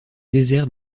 désert